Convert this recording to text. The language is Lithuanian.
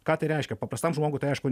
ką tai reiškia paprastam žmogui tai aišku